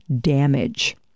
damage